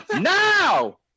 Now